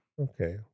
Okay